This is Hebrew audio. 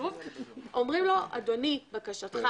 אומרים לו: בקשתך